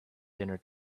dinner